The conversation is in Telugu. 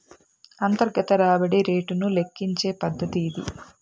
అంతర్గత రాబడి రేటును లెక్కించే పద్దతి ఇది